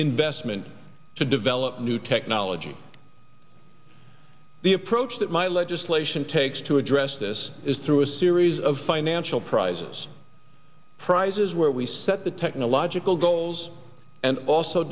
investment to develop new technology the approach that my legislation takes to address this is through a series of financial prizes prizes where we set the technological goals and also